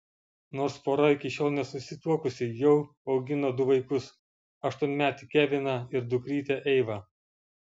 nors pora iki šiol nesusituokusi jau augina du vaikus aštuonmetį keviną ir dukrytę eivą